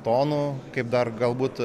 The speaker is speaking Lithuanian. tonų kaip dar galbūt